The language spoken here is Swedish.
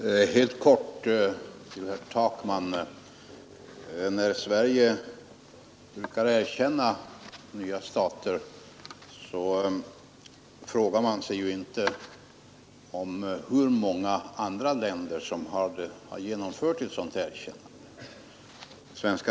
Fru talman! Helt kort vill jag säga till herr Takman att Sverige erkänner nya stater brukar vi inte fråga oss hur många andra länder som har gjort ett sådant erkännande.